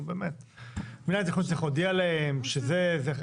מינהל התכנון צריך להודיע להם שזה,